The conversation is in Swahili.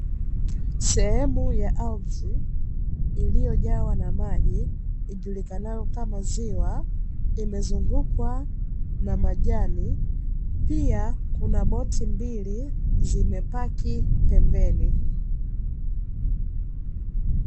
Sehemu ya ardhi iliyojawa na maji, ijulikanayo kama ziwa, imezungukwa na majani, pia kuna boti mbili zimeegeshwa pembeni.